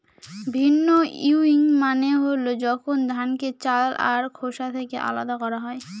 ভিন্নউইং মানে হল যখন ধানকে চাল আর খোসা থেকে আলাদা করা হয়